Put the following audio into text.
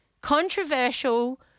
controversial